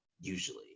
usually